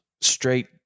straight